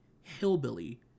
hillbilly